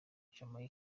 nibwo